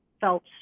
felt